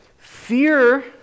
Fear